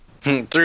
Three